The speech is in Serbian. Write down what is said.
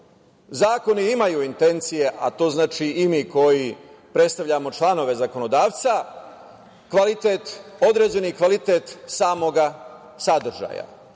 zakoni imaju intencije, a to znači i mi koji predstavljamo članove zakonodavca, određeni kvalitet samog sadržaja,